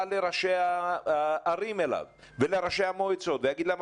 לראשי הערים אליו ולראשי המועצות ויגיד להם,